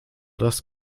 das